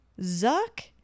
Zuck